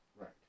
Right